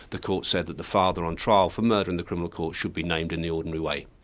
the court said that the father on trial for murder in the criminal court should be named in the ordinary way.